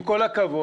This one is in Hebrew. עם כל הכבוד,